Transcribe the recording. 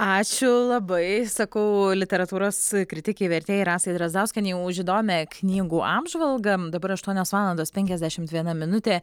ačiū labai sakau literatūros kritikei vertėjai rasai drazdauskienei už įdomią knygų apžvalgą dabar aštuonios valandos penkiasdešim viena minutė